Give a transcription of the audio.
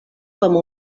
com